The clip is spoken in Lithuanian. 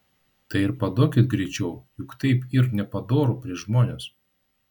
tai ir paduokit greičiau juk taip yr nepadoru prieš žmones